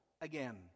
again